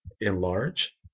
enlarge